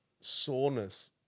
soreness